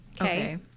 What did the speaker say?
Okay